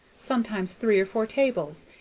sometimes three or four tables,